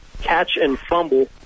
catch-and-fumble